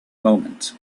moment